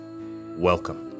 welcome